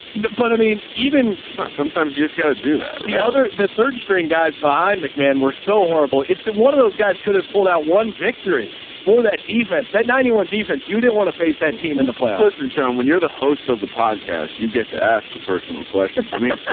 but mean, even sometimes you just gotta do that. other, the third string guys behind mcmahon were so horrible. if the one of those guys could have pulled out one victory for that defense, that ninety one defense, you didn't want to face that team in the playoffs. and sean, when you're the host of the podcast, you get to ask the personal questions. i mean,